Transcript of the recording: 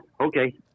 Okay